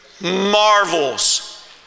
marvels